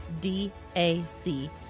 DAC